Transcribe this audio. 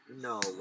No